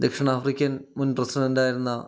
ദക്ഷിണാഫ്രിക്കൻ മുൻ പ്രസിഡൻറ്റായിരുന്ന